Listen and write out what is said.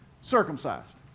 circumcised